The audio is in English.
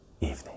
evening